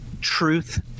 truth